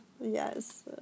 yes